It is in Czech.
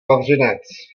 vavřinec